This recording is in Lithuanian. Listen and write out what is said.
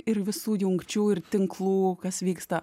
ir visų jungčių ir tinklų kas vyksta